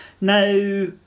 Now